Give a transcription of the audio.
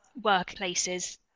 workplaces